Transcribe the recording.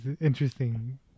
interesting